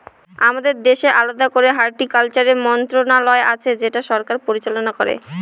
আমাদের দেশে আলাদা করে হর্টিকালচারের মন্ত্রণালয় আছে যেটা সরকার পরিচালনা করে